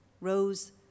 Rose